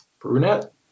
Brunette